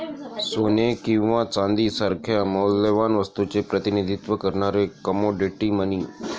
सोने किंवा चांदी सारख्या मौल्यवान वस्तूचे प्रतिनिधित्व करणारे कमोडिटी मनी